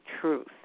truth